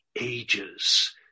ages